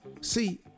See